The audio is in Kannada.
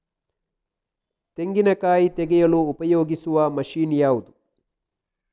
ತೆಂಗಿನಕಾಯಿ ತೆಗೆಯಲು ಉಪಯೋಗಿಸುವ ಮಷೀನ್ ಯಾವುದು?